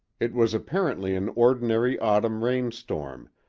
it was apparently an ordinary autumn rainstorm,